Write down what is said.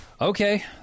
Okay